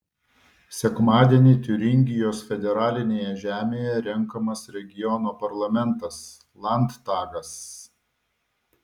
sekmadienį tiuringijos federalinėje žemėje renkamas regiono parlamentas landtagas